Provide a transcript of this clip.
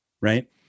right